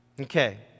Okay